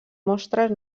mostres